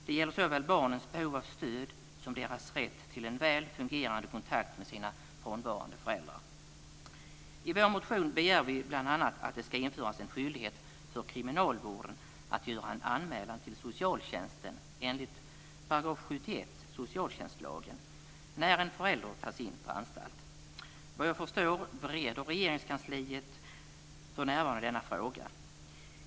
Det gäller såväl barnens behov av stöd som deras rätt till en väl fungerande kontakt med sina frånvarande föräldrar. I vår motion begär vi bl.a. att det ska införas en skyldighet för kriminalvården att göra en anmälan till socialtjänsten enligt § 71 i socialtjänstlagen när en förälder tas in på anstalt. Vad jag förstår bereder Regeringskansliet för närvarande denna fråga.